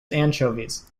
anchovies